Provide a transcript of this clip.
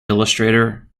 illustrator